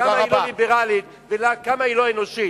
כמה היא לא ליברלית וכמה היא לא אנושית.